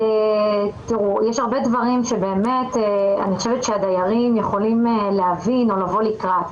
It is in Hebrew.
יש הרבה דברים שאני חושבת שהדיירים יכולים להבין או לבוא לקראת.